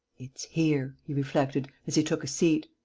it's here, he reflected, as he took a seat,